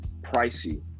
pricey